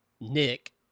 Nick